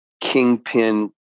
kingpin